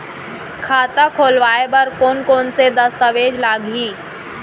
खाता खोलवाय बर कोन कोन से दस्तावेज लागही?